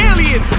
Alien